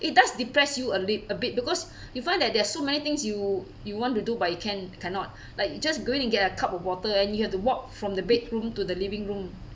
it does depress you a bit a bit because you find that there are so many things you you want to do but you can't cannot like just going to get a cup of water and you have to walk from the bedroom to the living room